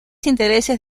intereses